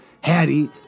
Hattie